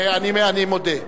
אני מודה.